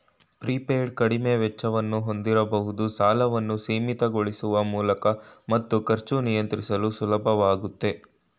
prepaid ಕಡಿಮೆ ವೆಚ್ಚವನ್ನು ಹೊಂದಿರಬಹುದು ಸಾಲವನ್ನು ಸೀಮಿತಗೊಳಿಸುವ ಮೂಲಕ ಮತ್ತು ಖರ್ಚು ನಿಯಂತ್ರಿಸಲು ಸುಲಭವಾಗುತ್ತೆ